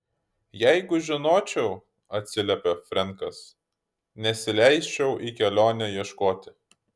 jeigu žinočiau atsiliepė frenkas nesileisčiau į kelionę ieškoti